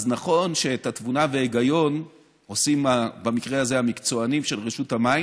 אז נכון שאת התבונה וההיגיון עושים במקרה הזה המקצוענים של רשות המים,